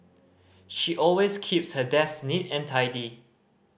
she always keeps her desk neat and tidy